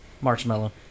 marshmallow